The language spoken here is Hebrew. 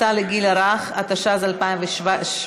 הצעת חוק המועצה לגיל הרך,